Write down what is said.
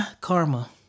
Karma